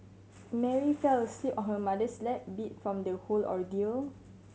Mary fell asleep on her mother's lap beat from the whole ordeal